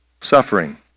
suffering